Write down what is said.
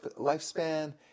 lifespan